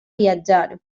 viatjar